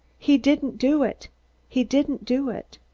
he didn't do it he didn't do it